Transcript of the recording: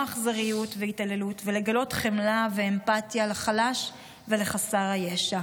אכזריות והתעללות ולגלות חמלה ואמפתיה לחלש ולחסר הישע.